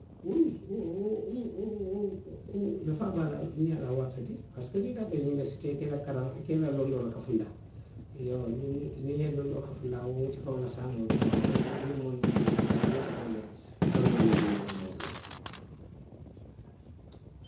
Uwiyi, wo, wo, wo, wo nafaa be a la le miŋ ye a loŋ a warata de parisiko niŋ i taata uniwerisitee i ka i la karaŋo, i ka i la londoo le kafundaŋ. iyoo duŋ niŋ i ye londoo kafudaŋ wo mu ite faŋo la saamoo, le ti walla i niŋ moolu minnu be sii la walla i te faŋo be londoo miŋ dii noo la moo doolu la. ŋ. ň